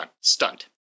stunt